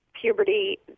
puberty